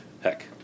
heck